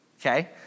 okay